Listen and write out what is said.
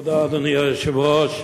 אדוני היושב-ראש,